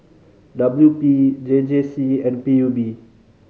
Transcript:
W P J J C and P U B